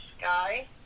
Sky